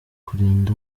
kurinda